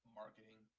marketing